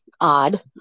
odd